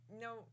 no